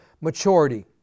maturity